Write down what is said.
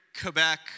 Quebec